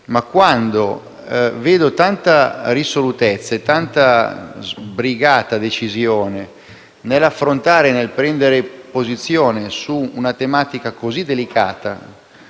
Ma quando vedo tanta risolutezza e tanta sbrigativa decisione nel prendere posizione su una tematica così delicata